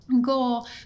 goal